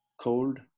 cold